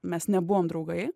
mes nebuvom draugai